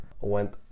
went